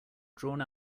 drawn